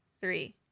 three